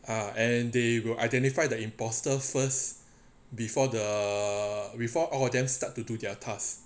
ah and they will identify the imposter first before the before all of them start to do their task